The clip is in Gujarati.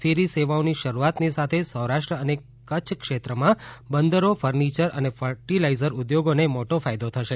ફેરી સેવાઓની શરૂઆતની સાથે સૌરાષ્ટ્ર અને કચ્છ ક્ષેત્રમાં બંદરો ફર્નિયર અને ફર્ટીલાઇઝર ઉદ્યોગોને મોટો ફાયદો થશે